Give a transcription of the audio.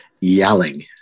yelling